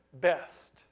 best